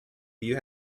you